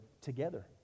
together